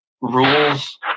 rules